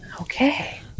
Okay